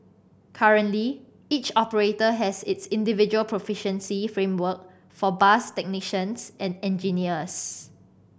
currently each operator has its individual proficiency framework for bus technicians and engineers